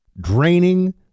draining